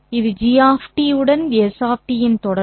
இது g உடன் s இன் தொடர்பு